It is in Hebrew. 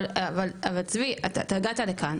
אבל צבי אתה הגעת לכאן.